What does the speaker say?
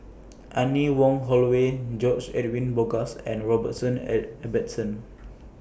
Anne Wong Holloway George Edwin Bogaars and Robrson Ibbetson